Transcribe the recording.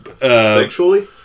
Sexually